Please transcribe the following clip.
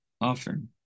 often